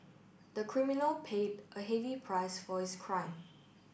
the criminal paid a heavy price for his crime